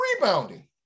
Rebounding